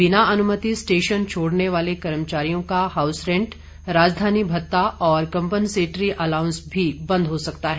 बिना अनुमति स्टेशन छोड़ने वाले कर्मचारियों को हाउस रेंट राजधानी भत्ता और कंपनसेटरी अलाउंस भी बंद हो सकता है